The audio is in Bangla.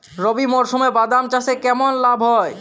রবি মরশুমে বাদাম চাষে কেমন লাভ হয়?